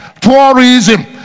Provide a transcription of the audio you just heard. Tourism